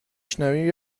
شنویم